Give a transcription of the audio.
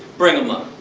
bring em up!